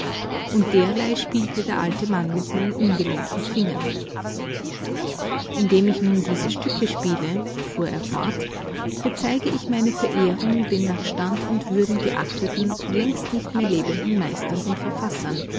und derlei spielte der alte mann mit seinen ungelenken fingern indem ich nun diese stücke spiele fuhr er fort bezeige ich meine verehrung den nach stand und würden geachteten längst nicht mehr lebenden meistern und verfassern